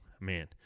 man